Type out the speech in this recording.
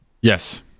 Yes